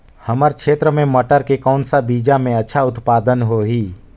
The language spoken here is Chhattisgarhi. हमर क्षेत्र मे मटर के कौन सा बीजा मे अच्छा उत्पादन होही?